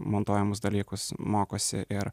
montuojamus dalykus mokosi ir